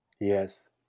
Yes